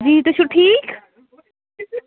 جی تُہۍ چھُو ٹھیٖک